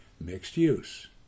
mixed-use